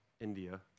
India